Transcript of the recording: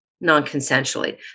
non-consensually